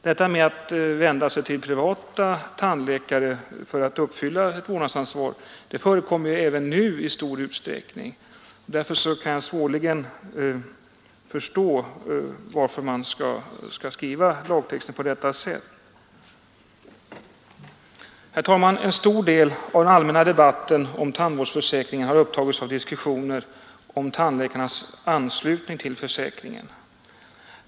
Detta 'att man vänder sig till privata tandläkare för att uppfylla vårdansvaret förekommer ju även nu i stor utsträckning. Därför kan jag svårligen förstå varför man skall skriva lagtexten på detta sätt. Herr talman! En stor del av den allmänna debatten om tandvårdsförsäkringen har upptagits av diskussioner om tandläkarnas anslutning till försäkringen.